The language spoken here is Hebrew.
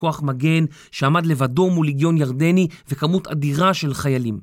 כוח מגן שעמד לבדו מול ליגיון ירדני וכמות אדירה של חיילים